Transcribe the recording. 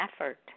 effort